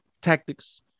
tactics